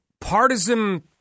partisan